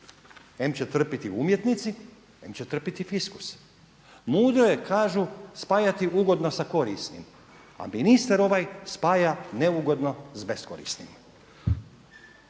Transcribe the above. Em će trpjeti umjetnici, em će trpiti fiskus. Mudro je kažu spajati ugodno sa korisnim, a ministar ovaj spaja neugodno s beskorisnim.